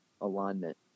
alignment